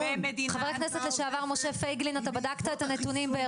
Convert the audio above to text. בדקת את הנתונים?